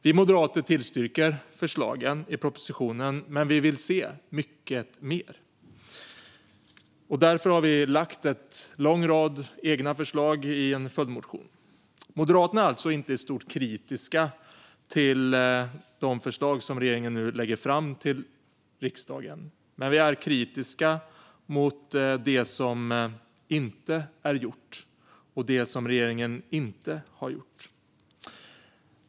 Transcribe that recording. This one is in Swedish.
Vi moderater ställer oss bakom förslagen i propositionen, men vi vill se mycket mer och har därför lagt en lång rad egna förslag i en följdmotion. Moderaterna är alltså inte i stort kritiska mot de förslag som regeringen nu lägger fram till riksdagen, men vi är kritiska mot det som regeringen inte gör och inte har gjort.